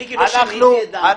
מיקי, לא שיניתי את דעתי.